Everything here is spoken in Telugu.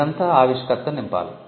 ఇదంతా ఆవిష్కర్త నింపాలి